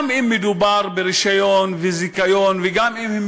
גם אם מדובר ברישיון וזיכיון וגם אם הם